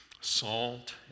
salt